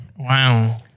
Wow